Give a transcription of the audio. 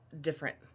different